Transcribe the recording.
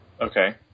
Okay